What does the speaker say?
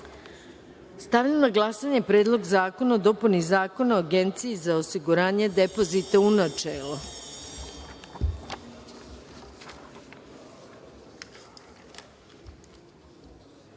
stavljam na glasanje Predlog zakona o dopuni Zakona o Agenciji za osiguranje depozita, u